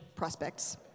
prospects